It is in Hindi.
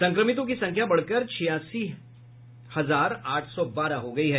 संक्रमितों की संख्या बढ़कर छियासी हजार आठ सौ बारह हो गयी है